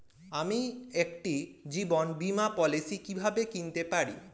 আমি একটি জীবন বীমা পলিসি কিভাবে কিনতে পারি?